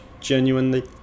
genuinely